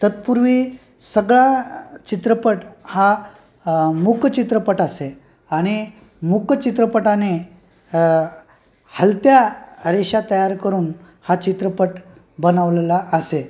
तत्पूर्वी सगळा चित्रपट हा मुक चित्रपट असे आणि मुक चित्रपटाने हलत्या रेषा तयार करून हा चित्रपट बनवलेला असे